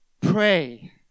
Pray